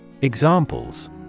Examples